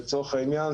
לצורך העניין,